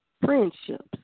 friendships